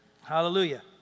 Hallelujah